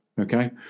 okay